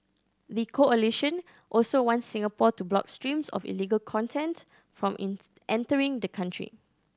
the coalition also wants Singapore to block streams of illegal content from entering the country